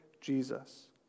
Jesus